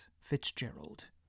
Fitzgerald